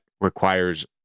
requires